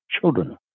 children